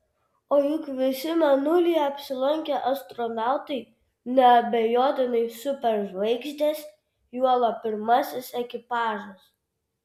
o juk visi mėnulyje apsilankę astronautai neabejotinai superžvaigždės juolab pirmasis ekipažas